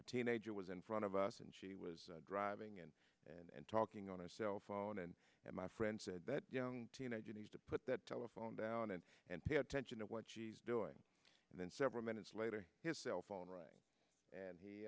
a teenager was in front of and she was driving in and talking on a cell phone and my friend said that young teenage you need to put that telephone down and pay attention to what she's doing and then several minutes later his cell phone rang and he